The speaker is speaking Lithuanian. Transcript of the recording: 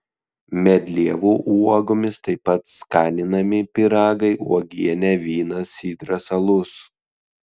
medlievų uogomis taip pat skaninami pyragai uogienė vynas sidras alus